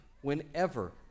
Whenever